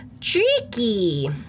Tricky